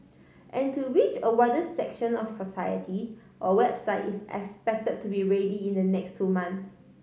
and to reach a wider section of society a website is expected to be ready in the next two months